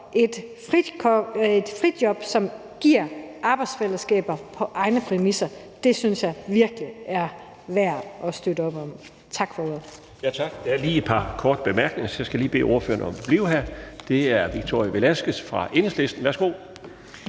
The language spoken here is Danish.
et frijob, som giver arbejdsfællesskab på egne præmisser, synes jeg virkelig er værd at støtte op om. Tak for ordet. Kl. 15:46 Den fg. formand (Bjarne Laustsen): Tak. Der er lige et par korte bemærkninger, så jeg skal bede ordføreren om at blive her. Det er Victoria Velasquez fra Enhedslisten, værsgo.